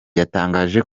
yatangaje